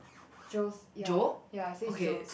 Joe's ya ya it says Joe's